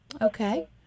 Okay